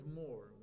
more